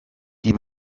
die